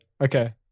Okay